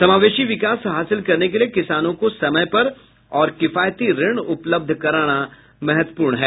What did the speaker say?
समावेशी विकास हासिल करने के लिए किसानों को समय पर और किफायती ऋण उपलब्ध कराना महत्वपूर्ण है